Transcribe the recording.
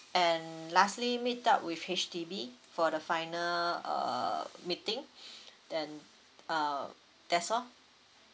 and lastly meet up with H_D_B for the final err meeting then uh that's all